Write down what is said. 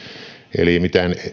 eli mitään